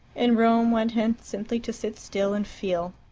in rome one had simply to sit still and feel.